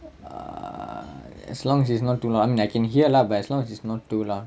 err as long as it's not too long I mean I can hear lah but as long as it's not too lah